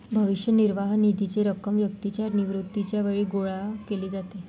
भविष्य निर्वाह निधीची रक्कम व्यक्तीच्या निवृत्तीच्या वेळी गोळा केली जाते